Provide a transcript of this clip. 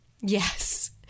Yes